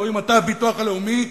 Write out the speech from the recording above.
אתה הביטוח הלאומי,